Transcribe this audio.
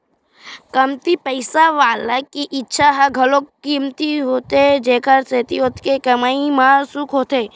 कमती पइसा वाला के इच्छा ह घलो कमती होथे जेखर सेती ओतके कमई म खुस होथे